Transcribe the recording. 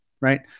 right